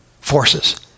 forces